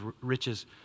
riches